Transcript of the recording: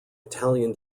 italian